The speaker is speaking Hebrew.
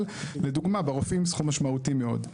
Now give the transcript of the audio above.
אבל, לדוגמא, ברופאים, סכום משמעותי מאוד.